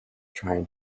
trying